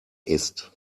ist